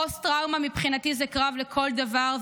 פוסט-טראומה מבחינתי זה קרב לכל דבר,